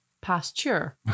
Pasture